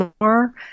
more